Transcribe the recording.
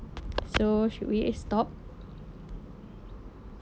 so should we stop